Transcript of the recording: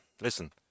listen